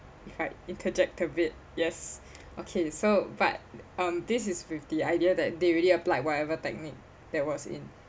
if I interject a bit yes okay so but um this is with the idea that they already applied whatever technique that was in